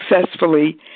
successfully